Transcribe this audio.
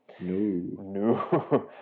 No